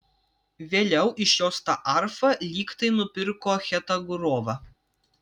vėliau iš jos tą arfą lyg tai nupirko chetagurova